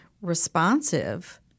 responsive